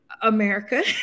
America